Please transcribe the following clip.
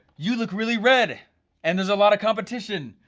you look really red and there's a lot of competition,